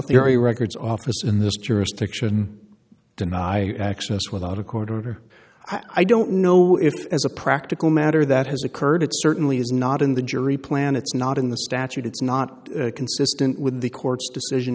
theory records office in this jurisdiction deny access without a court order i don't know if as a practical matter that has occurred it certainly is not in the jury plan it's not in the statute it's not consistent with the court's decision